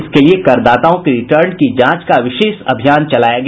इसके लिए करदाताओं के रिटर्न की जांच का विशेष अभियान चलाया गया